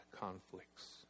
conflicts